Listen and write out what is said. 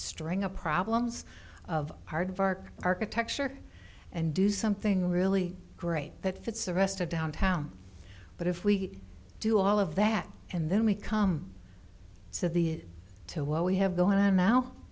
string of problems of hard work architecture and do something really great that fits the rest of downtown but if we do all of that and then we come to the to what we have going on now